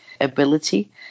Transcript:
ability